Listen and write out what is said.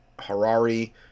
harari